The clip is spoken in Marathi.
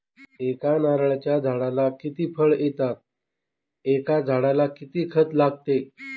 एका नारळाच्या झाडाला किती फळ येतात? एका झाडाला किती खत लागते?